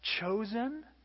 chosen